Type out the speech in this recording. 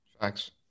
Thanks